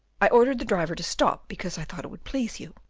i ordered the driver to stop because i thought it would please you,